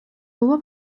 було